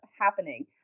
happening